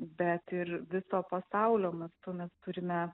bet ir viso pasaulio mastu mes turime